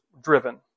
driven